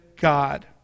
God